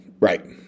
Right